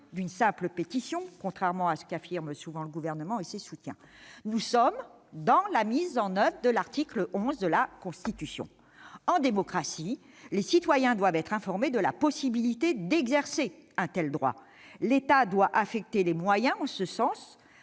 d'une simple pétition, contrairement à ce qu'affirment souvent le Gouvernement et ses soutiens. Je le répète : il s'agit de mettre en oeuvre l'article 11 de la Constitution. En démocratie, les citoyens doivent être informés de la possibilité d'exercer un tel droit. L'État doit affecter des moyens en ce sens,